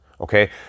okay